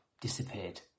Disappeared